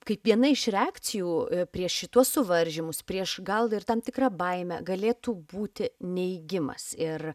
kaip viena iš reakcijų prieš šituos suvaržymus prieš gal ir tam tikrą baimę galėtų būti neigimas ir